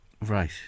Right